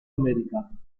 america